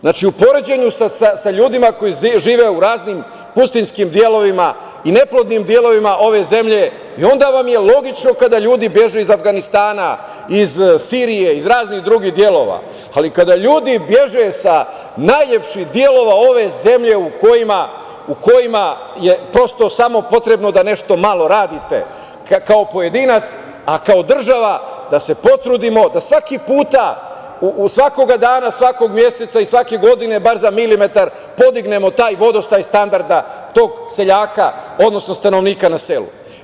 Znači, u poređenju sa ljudima koji žive u raznim pustinjskim delovima i neplodnim delovima ove zemlje i onda vam je logično kada ljudi beže iz Avganistana, iz Sirije, iz raznih drugih delova, ali kada ljudi beže sa najlepših delova ove zemlje u kojima je samo potrebno da nešto malo radite, kao pojedinac, kao država da se potrudimo da svakog puta, svakog dana, svakog meseca i svake godine, bar za milimetar podignemo taj vodostaj standarda, tog seljaka, odnosno stanovnika na selu.